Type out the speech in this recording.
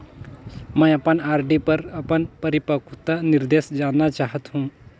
मैं अपन आर.डी पर अपन परिपक्वता निर्देश जानना चाहत हों